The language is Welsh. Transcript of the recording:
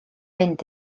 mynd